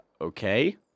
okay